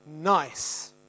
nice